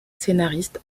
scénariste